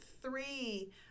three